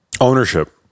Ownership